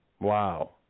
Wow